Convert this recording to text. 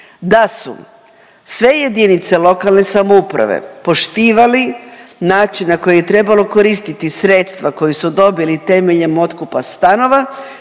Da su sve jedinice lokalne samouprave poštivali način na koji je trebalo koristiti sredstva koja su dobila temeljem otkupa stanova,